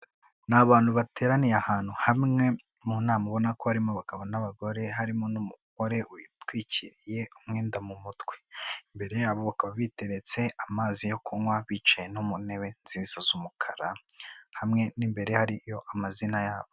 Ni abantu bateraniye ahantu hamwe mu nama ubona ko harimo abagabo n'abagore harimo n'umugore witwikiriye umwenda mu mutwe, imbere yabo biteretse amazi yo kunywa bicaye no mu ntebe nziza z'umukara hamwe n'imbere hariyo amazina yabo.